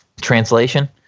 Translation